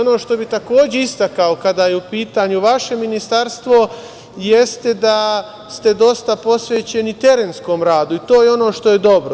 Ono što bi takođe istakao kada je u pitanju vaše Ministarstvo jeste da ste dosta posvećeni terenskom radu i to je ono što je dobro.